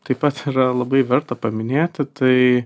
taip pat yra labai verta paminėti tai